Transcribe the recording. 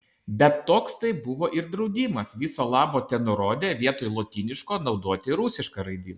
bet toks tai buvo ir draudimas viso labo tenurodė vietoj lotyniško naudoti rusišką raidyną